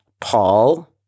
Paul